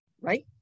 right